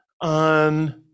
on